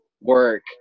work